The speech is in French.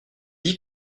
dit